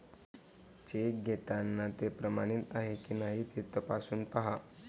check घेताना ते प्रमाणित आहे की नाही ते तपासून पाहा